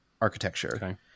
architecture